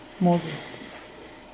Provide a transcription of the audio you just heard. Moses